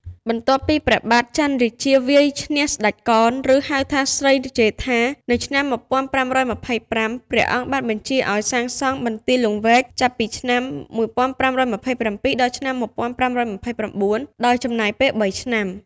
បន្ទាប់ពីព្រះបាទចន្ទរាជាវាយឈ្នះស្ដេចកន ឬ ហៅថាស្រីជេដ្ឋា នៅឆ្នាំ ១៥២៥ ព្រះអង្គបានបញ្ជាឱ្យសាងសង់ បន្ទាយលង្វែក ចាប់ពីឆ្នាំ ១៥២៧ ដល់ឆ្នាំ ១៥២៩ ដោយចំណាយពេល ៣ ឆ្នាំ។